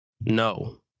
No